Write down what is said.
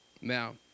Now